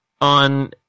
on